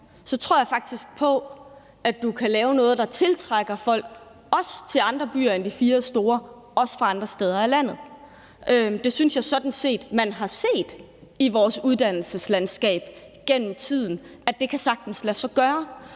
er særlig, at du kan lave noget, der tiltrækker folk også til andre byer end de fire store og også fra andre steder i landet. Jeg synes sådan set, at man gennem tiden har set i vores uddannelseslandskab, at det kan sagtens lade sig gøre.